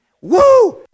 Woo